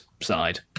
side